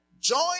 Join